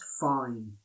fine